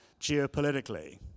geopolitically